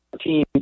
team